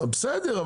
בסדר,